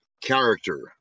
Character